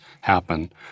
happen